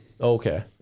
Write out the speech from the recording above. okay